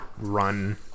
run